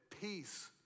peace